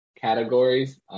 categories